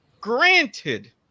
Granted